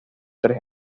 tres